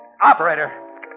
Operator